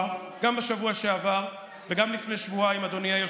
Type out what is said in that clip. הוא כבר בוגד במדינה.